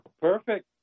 Perfect